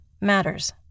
matters